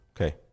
Okay